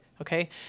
okay